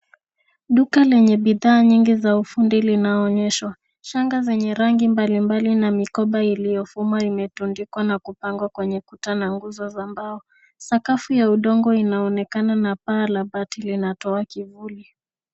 Duka lenye bidhaa nyingi za ufundi linaonyeshwa. Shanga zenye rangi mbalimbali na mikoba iliyofuma imetundikwa na kupangwa kwenye kuta na nguzo za mbao. Sakafu ya udongo linaonekana na paa la mabati linatoa kivuli.